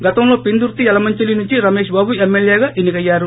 గతంలో పెందుర్తి యలమంచిలి నుంచి రమేష్బాబు ఎమ్మెల్యేగా ఎన్ని కయ్యారు